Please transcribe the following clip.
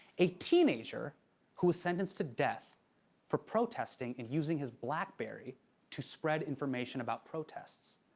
a teenager who was sentenced to death for protesting and using his blackberry to spread information about protests.